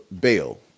bail